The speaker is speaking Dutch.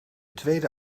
tweede